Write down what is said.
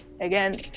Again